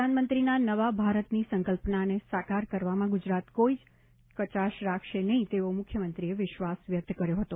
પ્રધાનમંત્રીના નવા ભારતની સંકલ્પનાને સાકાર કરવામાં ગુજરાત કોઇ જ કચાશ રાખશે નહિ તેવો મુખ્યમંત્રીએ વિશ્વાસ વ્યક્ત કર્યો હતો